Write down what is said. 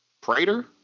Prater